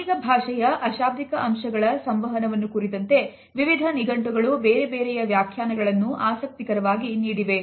ಆಂಗಿಕ ಭಾಷೆಯ ಅಶಾಬ್ದಿಕ ಅಂಶಗಳ ಸಂವಹನವನ್ನು ಕುರಿತಂತೆ ವಿವಿಧ ನಿಘಂಟುಗಳು ಬೇರೆ ಬೇರೆಯ ವ್ಯಾಖ್ಯಾನಗಳನ್ನು ಆಸಕ್ತಿಕರವಾಗಿ ನೀಡಿವೆ